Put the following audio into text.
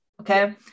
okay